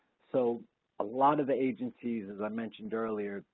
so a lot of the agencies, as i mentioned earlier,